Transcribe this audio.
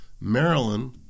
Maryland